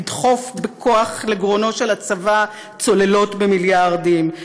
לדחוף בכוח לגרונו של הצבא צוללות במיליארדים,